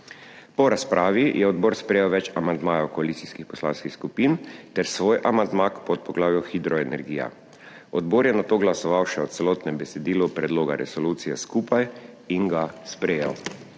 Po razpravi je odbor sprejel več amandmajev koalicijskih poslanskih skupin ter svoj amandma k podpoglavju Hidroenergija. Odbor je nato glasoval še o celotnem besedilu predloga resolucije skupaj in ga sprejel.